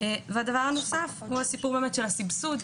הדבר הנוסף הוא הסיפור באמת של הסבסוד,